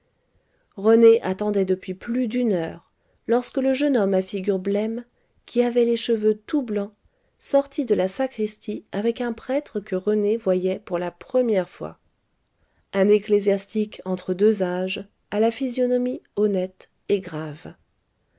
rené attendait depuis plus d'une heure lorsque le jeune homme à figure blême qui avait les cheveux tout blancs sortit de la sacristie avec un prêtre que rené voyait pour la première fois un ecclésiastique entre deux âges à la physionomie honnête et grave